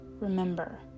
Remember